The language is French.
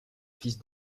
fils